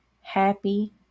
happy